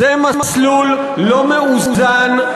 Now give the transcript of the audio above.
זה מסלול לא מאוזן,